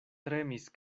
tremis